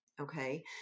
okay